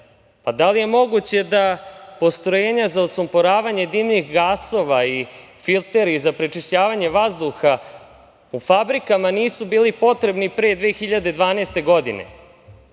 Da li je moguće da postrojenja za odsumporavanje dimnih gasova i filteri za prečišćavanje vazduha u fabrikama nisu bili potrebni pre 2012. godine?